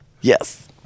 Yes